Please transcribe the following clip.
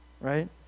right